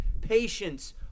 patience